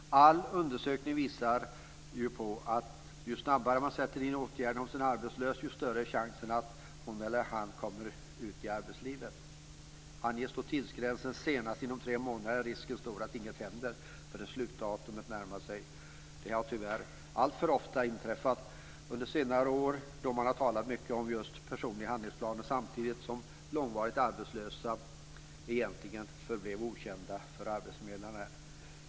Alla undersökningar visar på att ju snabbare man sätter in åtgärderna för en arbetslös, desto större är chansen att hon eller han kommer ut i arbetslivet. Anges då tidsgränsen till senast inom tre månader är risken stor att inget händer förrän slutdatumet närmar sig. Det har tyvärr alltför ofta inträffat under senare år då man har talat mycket om just personliga handlingsplaner samtidigt som långvarigt arbetslösa egentligen förblivit okända för arbetsförmedlarna.